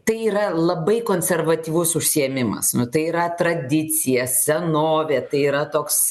tai yra labai konservatyvus užsiėmimas nu tai yra tradicija senovė tai yra toks